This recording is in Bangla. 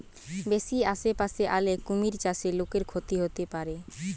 বেশি আশেপাশে আলে কুমির চাষে লোকর ক্ষতি হতে পারে